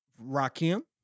Rakim